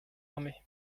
armée